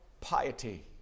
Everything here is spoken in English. piety